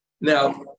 Now